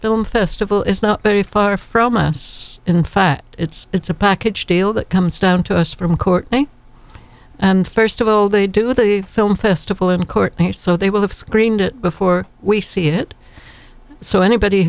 film festival is not very far from us in fact it's a package deal that comes down to us from courtney and first of all they do the film festival in court so they will have screened it before we see it so anybody